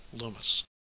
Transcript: Loomis